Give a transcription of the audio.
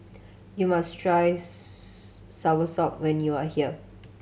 you must try soursop when you are here